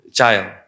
child